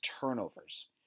turnovers